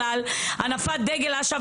מי שמניף דגל אש"ף